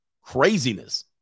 craziness